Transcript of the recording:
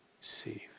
safe